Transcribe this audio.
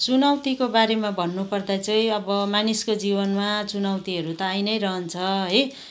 चुनौतीको बारेमा भन्नु पर्दा चाहिँ अब मानिसको जीवनमा चुनौतीहरू त आई नै रहन्छ है